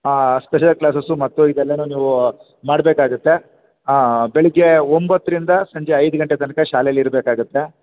special classes ಮತ್ತು ಇದೆಲ್ಲನೂ ನೀವು ಮಾಡಬೇಕಾಗುತ್ತೆ ಬೆಳಿಗ್ಗೆ ಒಂಬತ್ತರಿಂದ ಸಂಜೆ ಐದು ಗಂಟೆ ತನಕ ಶಾಲೇಲ್ಲಿ ಇರಬೇಕಾಗತ್ತೆ